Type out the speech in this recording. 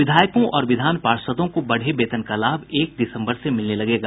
विधायकों और विधान पार्षदों को बढ़े वेतन का लाभ एक दिसम्बर से मिलने लगेगा